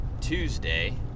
Tuesday